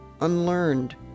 unlearned